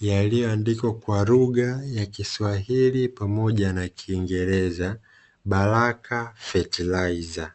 yaliyoandikwa kwa lugha ya kiswahili pamoja na kiingereza "BARAKA FERTILIZER".